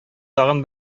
тагын